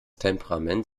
temperament